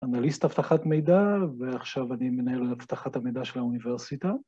אנליסט אבטחת מידע, ועכשיו אני מנהל אבטחת המידע של האוניברסיטה.